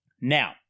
Now